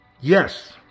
Yes